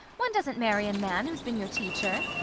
one doesn't marry a man who's been your teacher!